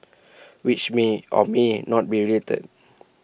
which may or may not be related